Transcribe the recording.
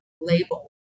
label